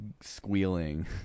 squealing